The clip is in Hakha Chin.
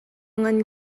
ngan